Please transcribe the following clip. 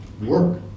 work